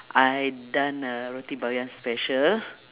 I done a roti-boyan special